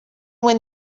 win